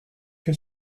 que